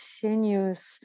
continues